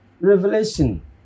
Revelation